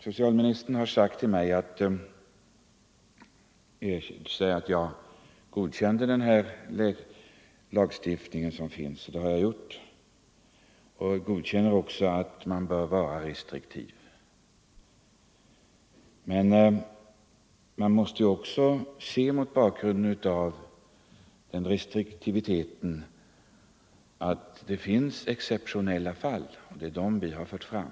Socialministern har sagt till mig att jag godkänt gällande läkemedels — naturläkemedel, lagstiftning, och det har jag gjort. Jag instämmer också i att man bör mm, m. vara restriktiv vid dess tillämpning. Men man måste också se denna restriktivitet mot bakgrunden av att det finns exceptionella fall, och det är dem vi har fört fram.